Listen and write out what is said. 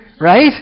right